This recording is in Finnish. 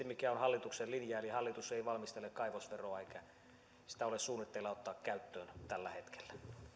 mikä on hallituksen linja eli hallitus ei valmistele kaivosveroa eikä sitä ole suunnitteilla ottaa käyttöön tällä hetkellä